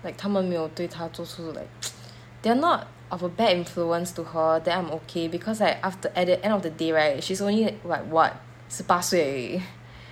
like 她们没有对她做出 like they're not of a bad influence to her then I'm okay because like aft~ at the end of the day right she's only like what 十八岁而已